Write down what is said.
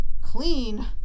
clean